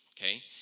Okay